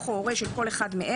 אח או הורה של כל אחד מאלה,